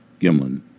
Gimlin